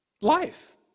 Life